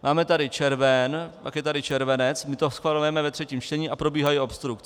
Máme tady červen, pak je tady červenec, my to schvalujeme ve třetím čtení a probíhají obstrukce.